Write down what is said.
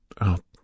out